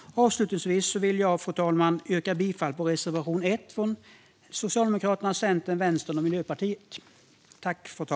Avslutningsvis vill jag, fru talman, yrka bifall till reservation 1 från Socialdemokraterna, Centern, Vänstern och Miljöpartiet.